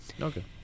Okay